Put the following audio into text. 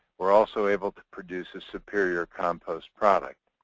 we're also able to produce a superior compost product.